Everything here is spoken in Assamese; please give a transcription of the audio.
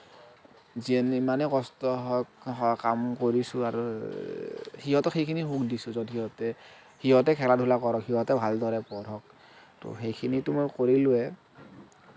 যিমানেই কষ্ট হওঁক হওঁ কাম কৰিছোঁ আৰু সিহঁতক সেইখিনি সুখ দিছোঁ য'ত সিহঁতে সিহঁতে খেলা ধূলা কৰক সিহঁতে ভালদৰে পঢ়ক ত' সেইখিনিটো মই কৰিলোঁয়েই